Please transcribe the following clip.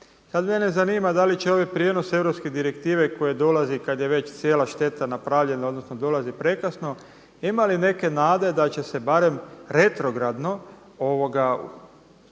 Sada mene zanima da li će ovaj prijenos europske direktive koje dolazi kada je već cijela šteta napravljena odnosno dolazi prekasno, ima li neke nade da će se barem retrogradno postići